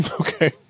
Okay